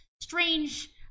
strange